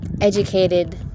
educated